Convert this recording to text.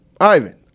Ivan